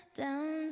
down